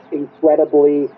incredibly